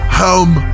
home